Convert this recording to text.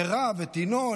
מירב את ינון,